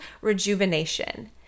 rejuvenation